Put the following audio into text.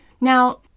Now